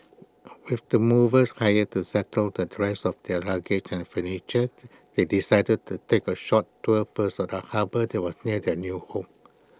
with the movers hired to settle the rest of their luggage and furniture they decided to take A short tour first of the harbour that was near their new home